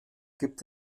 gibt